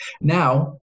Now